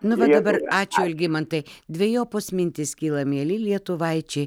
nu va dabar ačiū algimantai dvejopos mintys kyla mieli lietuvaičiai